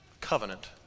covenant